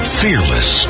fearless